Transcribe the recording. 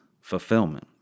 fulfillment